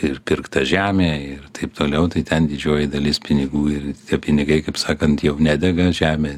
ir pirkt tą žemę ir taip toliau tai ten didžioji dalis pinigų ir tie pinigai kaip sakant jau nedega žemė